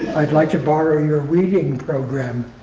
i'd like to borrow your weeding program.